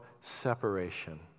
separation